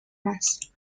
más